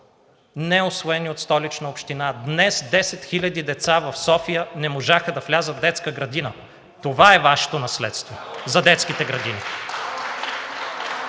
неусвоени от Столична община. Днес 10 хиляди деца в София не можаха да влязат в детска градина. Това е Вашето наследство за детските градини.